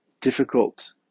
difficult